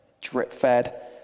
drip-fed